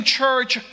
church